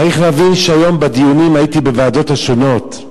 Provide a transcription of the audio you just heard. צריך להבין שהיום בדיונים, הייתי בוועדות השונות,